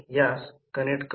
7 I 1 म्हणून हे 52